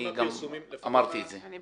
אני אמרתי את זה.